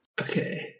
okay